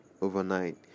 overnight